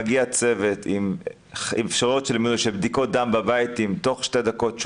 מגיע צוות עם אפשרות של בדיקות דם בבית ומתן תשובה תוך שתי דקות.